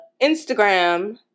instagram